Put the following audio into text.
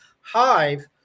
Hive